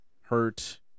hurt